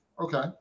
Okay